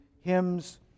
hymns